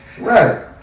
Right